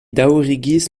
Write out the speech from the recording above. daŭrigis